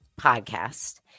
podcast